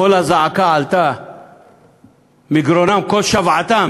קול הזעקה עלה מגרונם, קול שוועתם